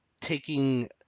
taking